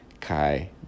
kai